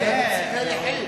ועוד איך.